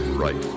right